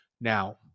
Now